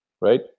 right